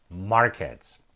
markets